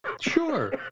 Sure